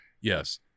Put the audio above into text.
yes